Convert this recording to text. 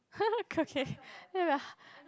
okay